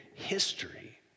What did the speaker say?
History